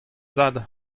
zad